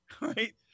Right